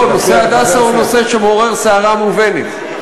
נושא "הדסה" הוא נושא שמעורר סערה מובנת.